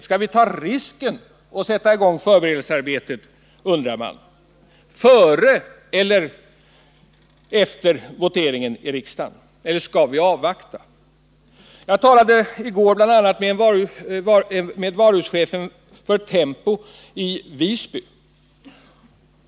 Skall vi ta risken att sätta i gång förberedelsearbetet före voteringen i riksdagen eller skall vi avvakta, undrar man. Jag talade i går med bl.a. varuhuschefen vid Tempo i Visby.